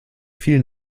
vielen